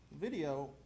video